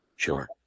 Sure